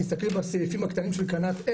תסתכלי בסעיפים הקטנים של קנ"ת,